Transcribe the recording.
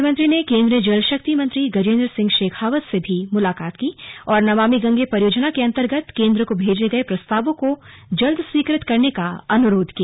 मुख्यमंत्री ने केन्द्रीय जलशक्ति मंत्री गजेन्द्र सिंह शेखावत से मुलाकात की और नमामि गंगे परियोजना के अंतर्गत केंद्र को भेजे गए प्रस्तावों को जल्द स्वीकृत करने का अनुरोध किया